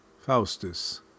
Faustus